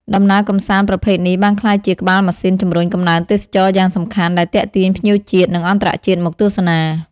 ដំណើរកម្សាន្តប្រភេទនេះបានក្លាយជាក្បាលម៉ាស៊ីនជំរុញកំណើនទេសចរណ៍យ៉ាងសំខាន់ ដែលទាក់ទាញភ្ញៀវជាតិ និងអន្តរជាតិមកទស្សនា។